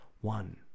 One